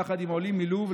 יחד עם העולים מלוב,